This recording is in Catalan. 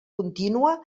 contínua